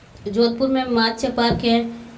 जोधपुर में माच्छे पार्क है